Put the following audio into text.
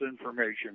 information